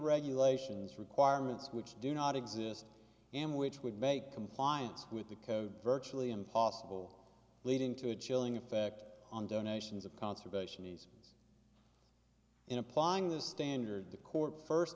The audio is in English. regulations requirements which do not exist and which would make compliance with the code virtually impossible leading to a chilling effect on donations of conservation easements in applying this standard the court first